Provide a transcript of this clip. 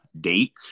date